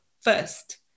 first